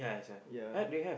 ya